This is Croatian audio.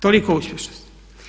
Toliko o uspješnosti.